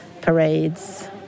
parades